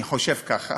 אני חושב ככה.